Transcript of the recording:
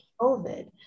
COVID